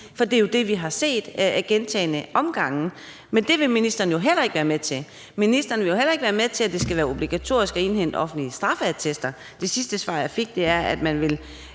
For det er jo det, vi har set ad gentagne omgange. Men det vil ministeren jo heller ikke være med til. Ministeren vil jo heller ikke være med til, at det skal være obligatorisk at indhente offentlige straffeattester. Det sidste svar, jeg fik, var, at man måske